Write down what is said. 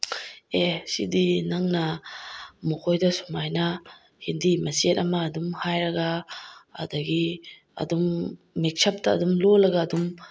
ꯑꯦ ꯁꯤꯗꯤ ꯅꯪꯅ ꯃꯈꯣꯏꯗ ꯁꯨꯃꯥꯏꯅ ꯍꯤꯟꯗꯤ ꯃꯆꯦꯠ ꯑꯃ ꯑꯗꯨꯝ ꯍꯥꯏꯔꯒ ꯑꯗꯒꯤ ꯑꯗꯨꯝ ꯃꯤꯛꯁ ꯑꯞꯇ ꯑꯗꯨꯝ ꯂꯣꯜꯂꯒ ꯑꯗꯨꯝ